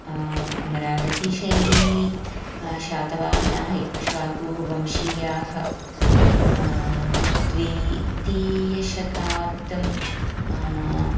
अमरावतीशैली शातवाहनाः इक्ष्वाकुवंशीयाः द्वितीयशताब्धं